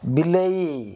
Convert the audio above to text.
ବିଲେଇ